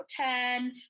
turn